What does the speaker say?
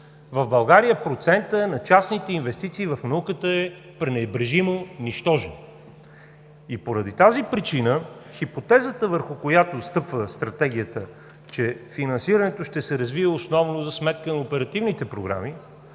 В България процентът на частните инвестиции в науката е пренебрежимо нищожен. Поради тази причина хипотезата, върху която стъпва Стратегията, че финансирането ще се развие основно за сметка на оперативните програми,